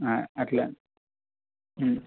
అట్లా